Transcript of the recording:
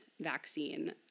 vaccine